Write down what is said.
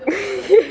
ya